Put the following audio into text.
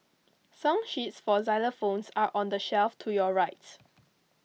song sheets for xylophones are on the shelf to your right